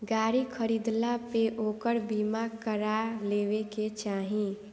गाड़ी खरीदला पे ओकर बीमा करा लेवे के चाही